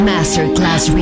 Masterclass